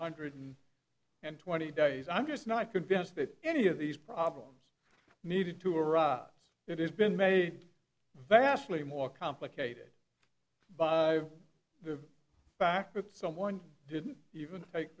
hundred and twenty days i'm just not convinced that any of these problems needed to arrive it has been made vastly more complicated by the fact that someone didn't even